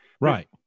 right